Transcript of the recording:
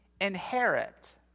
inherit